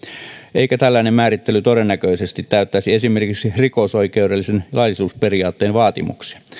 eikä tällainen määrittely todennäköisesti täyttäisi esimerkiksi rikosoikeudellisen laillisuusperiaatteen vaatimuksia